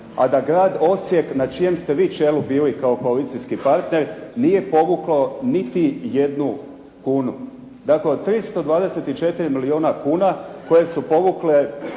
A da Grad Osijek na čijem ste vi čelu bili kao koalicijski partner nije povukao niti jednu kunu. Dakle, od 324 milijuna kuna koje su povukle